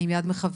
האם ביד מכוונת,